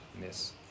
miss